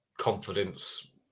confidence